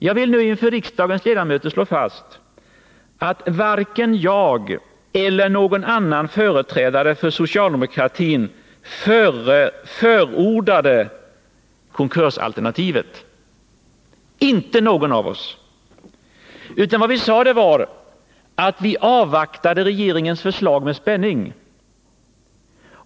Jag vill inför riksdagens ledamöter slå fast att varken jag eller någon annan företrädare för socialdemokratin har förordat konkursalternativet — inte någon av oss! Vad vi sade var, att vi med spänning avvaktade regeringens förslag.